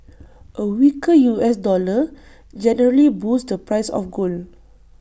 A weaker U S dollar generally boosts the price of gold